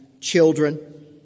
children